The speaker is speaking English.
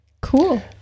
cool